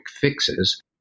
fixes